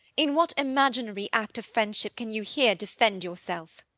in what imaginary act of friendship can you here defend yourself?